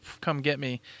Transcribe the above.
come-get-me